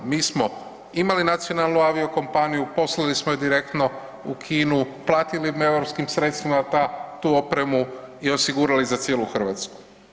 Mi smo imali nacionalnu avio kompaniju, poslali smo je direktno u Kinu, platili europskim sredstvima tu opremu i osigurali za cijelu Hrvatsku.